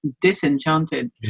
disenchanted